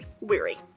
weary